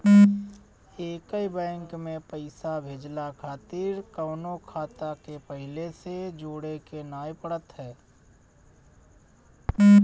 एकही बैंक में पईसा भेजला खातिर कवनो खाता के पहिले से जोड़े के नाइ पड़त हअ